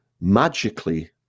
magically